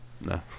No